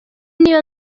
niyo